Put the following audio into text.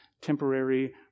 temporary